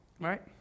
right